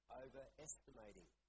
overestimating